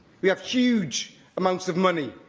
we have huge amounts of money,